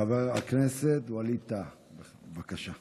חבר הכנסת ווליד טאהא, בבקשה.